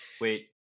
Wait